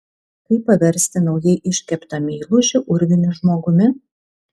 kaip paversti naujai iškeptą meilužį urviniu žmogumi